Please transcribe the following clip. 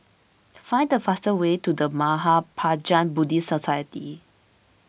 find the fastest way to the Mahaprajna Buddhist Society